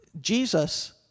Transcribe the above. Jesus